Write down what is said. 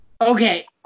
Okay